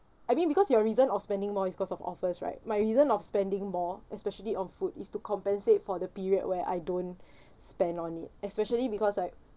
I mean because your reason of spending more is cause of offers right my reason of spending more especially on food is to compensate for the period where I don't spend on it especially because like